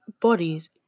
bodies